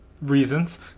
reasons